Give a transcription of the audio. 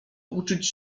uczyć